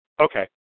Okay